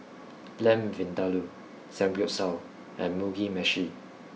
Lamb Vindaloo Samgyeopsal and Mugi Meshi